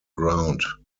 ground